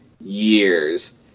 years